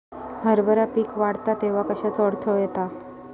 हरभरा पीक वाढता तेव्हा कश्याचो अडथलो येता?